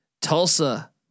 Tulsa